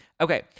Okay